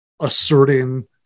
asserting